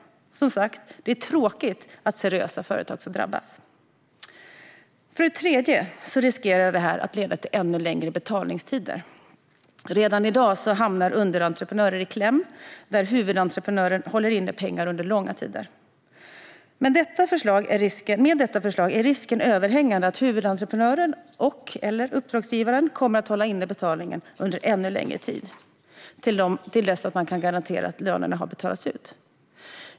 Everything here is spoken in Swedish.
Som sagt: Det är tråkigt att seriösa företag ska drabbas. För det tredje riskerar detta att leda till ännu längre betaltider. Redan i dag hamnar underentreprenörer i kläm när huvudentreprenören håller inne pengar under långa tider. Med detta förslag är risken överhängande att huvudentreprenören eller uppdragsgivaren kommer att hålla inne betalningen under ännu längre tid, till dess att man kan garantera att lönerna har betalats ut.